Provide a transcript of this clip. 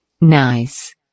Nice